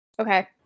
Okay